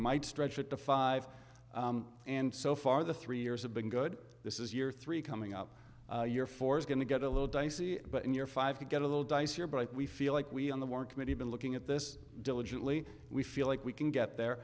might stretch it to five and so far the three years have been good this is year three coming up your four is going to get a little dicey but in your five you get a little dice here but we feel like we on the war committee been looking at this diligently we feel like we can get there